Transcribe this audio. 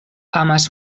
amas